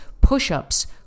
push-ups